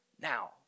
now